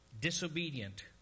disobedient